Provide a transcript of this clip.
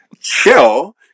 chill